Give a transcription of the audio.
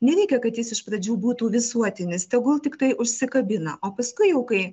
nereikia kad jis iš pradžių būtų visuotinis tegul tiktai užsikabina o paskui jau kai